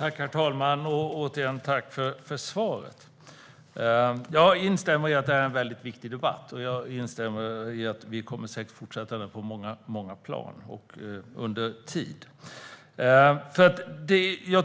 Herr talman! Återigen vill jag tacka statsrådet för svaret. Jag instämmer i att detta är en viktig debatt, och vi kommer säkert att fortsätta den på många plan och under lång tid. Det framgår